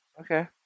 Okay